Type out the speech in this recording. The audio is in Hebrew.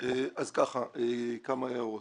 אז כמה הערות.